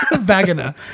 vagina